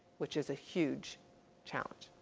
which is a huge challenge.